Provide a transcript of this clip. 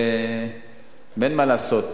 ואין מה לעשות,